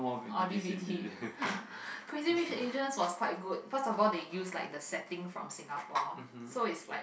or D_V_D Crazy Rich Asians was quite good first of all they used like the setting from Singapore so it's like